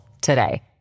today